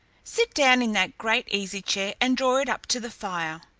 sit down in that great easy-chair and draw it up to the fire.